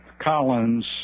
Collins